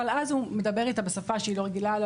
אבל אז הוא מדבר איתה בשפה שהיא לא רגילה אליה,